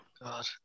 God